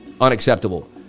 unacceptable